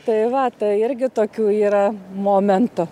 tai va tai irgi tokių yra momentų